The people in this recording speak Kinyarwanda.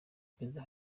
perezida